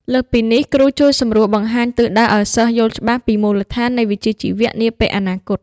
លើសពីនេះគ្រូជួយសម្រួលបង្ហាញទិសដៅឱ្យសិស្សយល់ច្បាស់ពីមូលដ្ឋាននៃវិជ្ជាជីវៈនាពេលអនាគត។